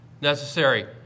necessary